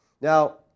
Now